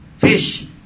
fish